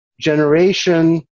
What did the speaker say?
generation